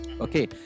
okay